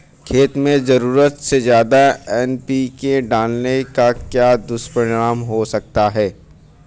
खेत में ज़रूरत से ज्यादा एन.पी.के डालने का क्या दुष्परिणाम हो सकता है?